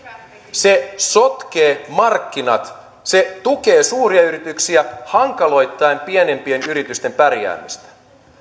se sotkee markkinat se tukee suuria yrityksiä hankaloittaen pienimpien yritysten pärjäämistä